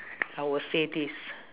I will say this